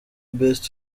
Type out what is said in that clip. best